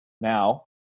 now